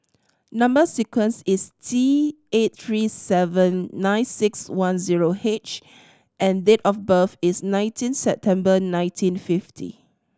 number sequence is T eight three seven nine six one zero H and date of birth is nineteen September nineteen fifty